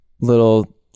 little